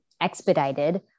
expedited